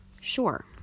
Sure